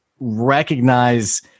recognize